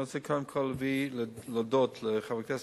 אני רוצה קודם כול להודות לחבר הכנסת